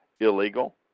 illegal